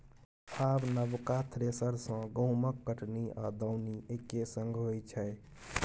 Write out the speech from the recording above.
आब नबका थ्रेसर सँ गहुँमक कटनी आ दौनी एक्के संग होइ छै